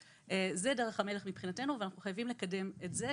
זה דרך המלך מבחינתנו ואנחנו חייבים לקדם את זה,